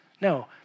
No